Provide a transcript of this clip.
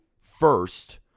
first